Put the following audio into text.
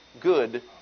good